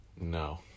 No